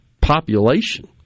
population